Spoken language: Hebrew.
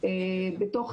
בתוך